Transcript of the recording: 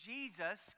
Jesus